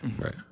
Right